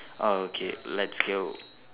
orh okay let's go